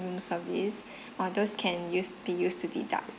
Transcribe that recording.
service all those can use be used to deduct